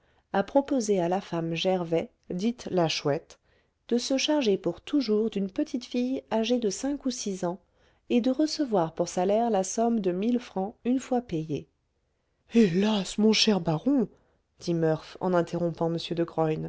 a proposé à la femme gervais dite la chouette de se charger pour toujours d'une petite fille âgée de cinq ou six ans et de recevoir pour salaire la somme de mille francs une fois payée hélas mon cher baron dit murph en interrompant